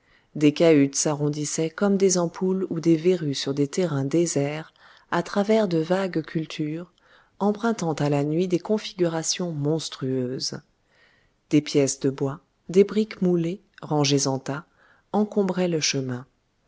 des cahutes s'arrondissaient comme des ampoules ou des verrues sur des terrains déserts à travers de vagues cultures empruntant à la nuit des configurations monstrueuses des pièces de bois des briques moulées rangées en tas encombraient le chemin